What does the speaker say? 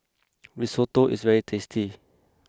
Risotto is very tasty